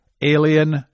alien